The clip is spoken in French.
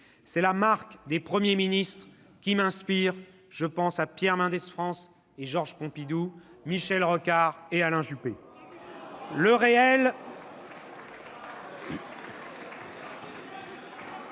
C'est la marque des Premiers ministres qui m'inspirent. Je pense à Pierre Mendès France et Georges Pompidou, à Michel Rocard et Alain Juppé. » Quelle